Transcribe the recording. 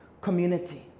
community